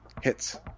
Hits